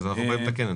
אז אנחנו באים לתקן את